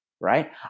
right